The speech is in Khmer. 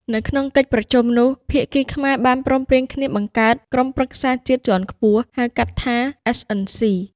នៅក្នុងកិច្ចប្រជុំនោះ ភាគីខ្មែរបានព្រមព្រៀងគ្នាបង្កើតក្រុមប្រឹក្សាជាតិជាន់ខ្ពស់ ហៅកាត់ថា SNC។